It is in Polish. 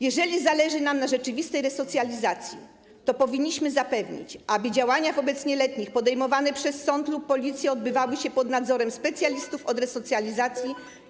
Jeżeli zależy nam na rzeczywistej resocjalizacji, to powinniśmy zapewnić, aby działania wobec nieletnich podejmowane przez sąd lub Policję odbywały się pod nadzorem specjalistów od resocjalizacji.